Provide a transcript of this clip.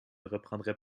reprendrai